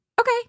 Okay